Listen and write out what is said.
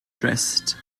drist